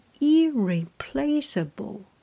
irreplaceable